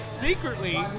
Secretly